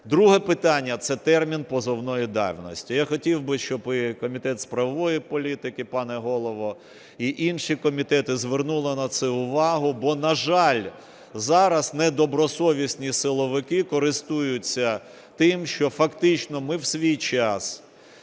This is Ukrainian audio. Друге питання – це термін позовної давності. Я хотів би, щоб Комітет з правової політики, пане Голово, і інші комітети звернули на це увагу. Бо, на жаль, зараз недобросовісні силовики користуються тим, що фактично ми в свій час